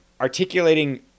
articulating